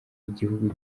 igihugu